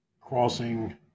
crossing